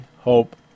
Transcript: hope